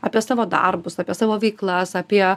apie savo darbus apie savo veiklas apie